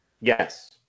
yes